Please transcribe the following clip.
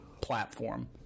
platform